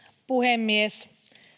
puhemies